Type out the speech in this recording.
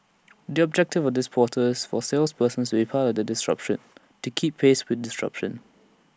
the objective of this portal is for salespeople to be part the disruption to keep pace with disruption